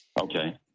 Okay